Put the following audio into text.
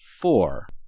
four